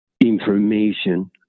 information